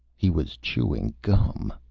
he was chewing gum.